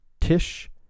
Tish